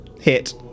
hit